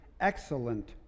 excellent